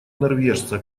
норвежца